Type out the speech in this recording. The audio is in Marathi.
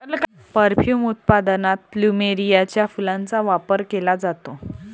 परफ्यूम उत्पादनात प्लुमेरियाच्या फुलांचा वापर केला जातो